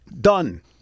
done